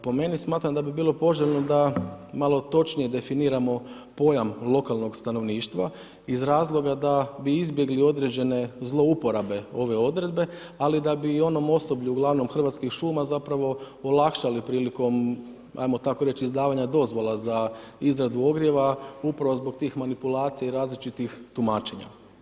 Po meni, smatram da bi bilo poželjno da malo točnije definiramo pojam lokalnog stanovništva, iz razloga da bi izbjegli određene zlouporabe ove odredbe, ali da bi i onom osoblju glavnom Hrvatskim šuma, zapravo olakšali prilikom ajmo tako reći za izdavanje dozvola za izradu ognjeva, upravo zbog tih manipulacija i različitih tumačenja.